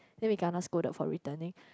then we kena scolded for returning